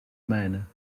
mijnen